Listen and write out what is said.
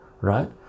right